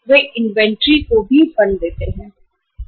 वे inventory को भी fund देते हैं